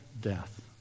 death